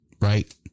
right